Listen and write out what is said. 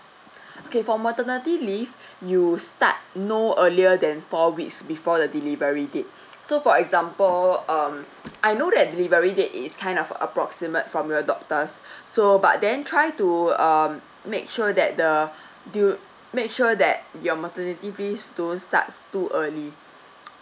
okay for maternity leave you start no earlier than four weeks before the delivery date so for example um I know that delivery date is kind of approximate from your doctors so but then try to uh make sure that the dur~ make sure that your maternity leaves don't start too early